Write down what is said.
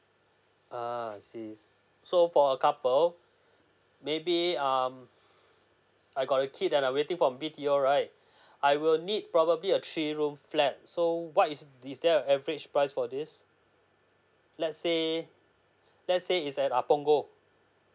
uh I see so for a couple maybe um I got a kid and I'm waiting from B_T_O right I will need probably a three room flat so what is is there average price for this let's say let's say is at punggol